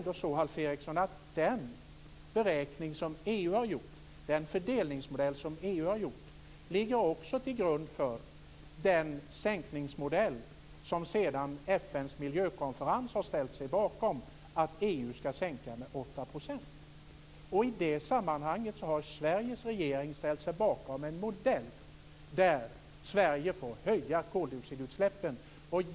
Den beräkning som EU har gjort och den fördelningsmodell som EU har använt ligger också till grund för den sänkningsmodell som FN:s miljökonferens sedan har ställt sig bakom. Det innebär att EU skall sänka utsläppen med 8 %. I det sammanhanget har Sveriges regering ställt sig bakom en modell där Sverige får höja koldioxidutsläppen.